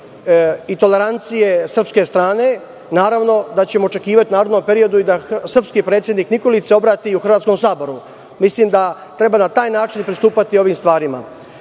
i tolerancije srpske strane. Naravno da ćemo očekivati u narednom periodu i da se srpski predsednik Nikolić obrati u hrvatskom Saboru. Mislim da treba na taj način pristupati ovim stvarima. Reći